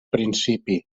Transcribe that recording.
principi